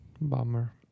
Bummer